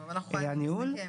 אנחנו חייבים לסכם.